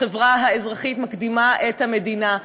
החברה האזרחית מקדימה את המדינה.